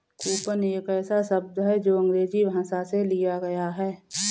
coupon एक ऐसा शब्द है जो अंग्रेजी भाषा से लिया गया है